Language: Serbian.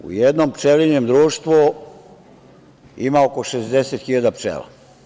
U jednom pčelinjem društvu ima oko 60 hiljada pčela.